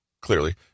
clearly